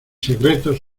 secretos